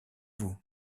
vous